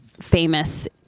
famous